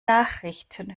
nachrichten